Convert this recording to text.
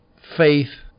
faith